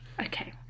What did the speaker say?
Okay